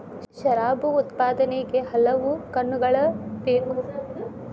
ಶರಾಬು ಉತ್ಪಾದನೆಗೆ ಕೆಲವು ಹಣ್ಣುಗಳ ಬೇಕು